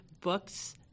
books